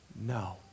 No